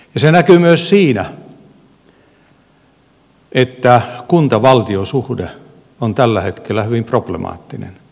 se näkyy myös siinä että kuntavaltio suhde on tällä hetkellä hyvin problemaattinen